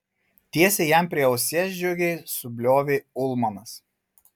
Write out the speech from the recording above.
tiesiai jam prie ausies džiugiai subliovė ulmanas